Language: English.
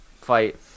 fight